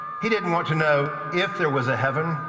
he didn't want to know if there was a heaven.